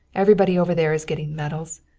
everybody over there is getting medals.